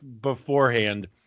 beforehand